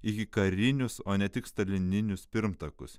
ikikarinius o ne tik stalininius pirmtakus